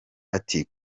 ati